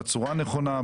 בצורה הנכונה,